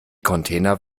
container